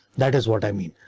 that is what i mean.